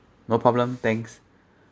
no problem thanks